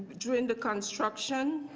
during the construction,